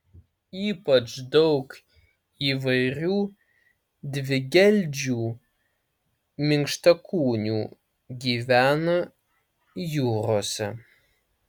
ypač daug įvairių dvigeldžių minkštakūnių gyvena jūrose